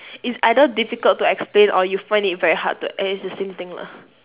it's either difficult to explain or you find it very hard to e~ it's the same thing lah